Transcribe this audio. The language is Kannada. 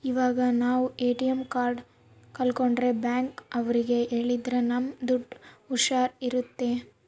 ಇವಾಗ ನಾವ್ ಎ.ಟಿ.ಎಂ ಕಾರ್ಡ್ ಕಲ್ಕೊಂಡ್ರೆ ಬ್ಯಾಂಕ್ ಅವ್ರಿಗೆ ಹೇಳಿದ್ರ ನಮ್ ದುಡ್ಡು ಹುಷಾರ್ ಇರುತ್ತೆ